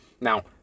now